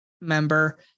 member